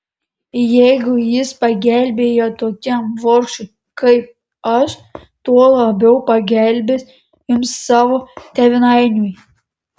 jeigu jis pagelbėjo tokiam vargšui kaip aš tuo labiau pagelbės jums savo tėvynainiui